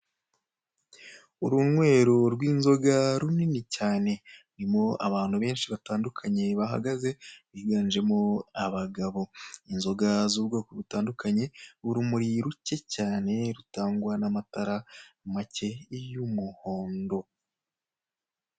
Urunywero rw'inzoga runini cyane rurimo abantu benshi batandukanye bahagaze biganjemo abagabo, inzoga z'ubwoko butandukanye, urumuri ruke cyane rutangwa n'amatara make y'umuhondo.